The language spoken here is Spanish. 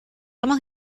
hemos